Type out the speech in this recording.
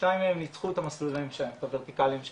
שניים מהם ניצחו את המסלולים הוורטיקאליים שלהם,